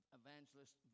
evangelist